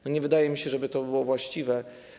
Nie wydaje mi się, żeby to było właściwe.